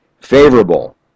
favorable